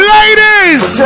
Ladies